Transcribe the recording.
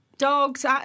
Dogs